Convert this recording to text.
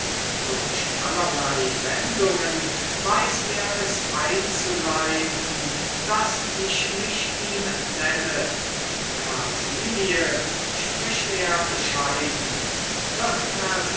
durch allerlei wendungen weiß er es einzuleiten daß ich mich ihm nenne hersilie spricht er bescheiden wird